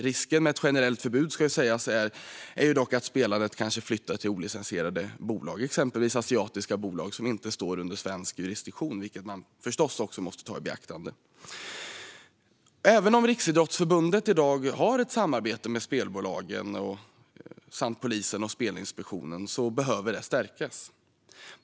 Risken med ett generellt förbud är dock att spelandet kanske flyttar till olicensierade bolag, exempelvis asiatiska bolag som inte står under svensk jurisdiktion, vilket man förstås också måste ta i beaktande. Riksidrottsförbundet har i dag ett samarbete med spelbolagen samt med polisen och Spelinspektionen, men det behöver stärkas.